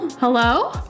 Hello